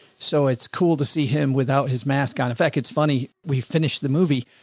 so it's cool to see him without his mask on, in fact, it's funny we finished the movie.